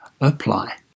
apply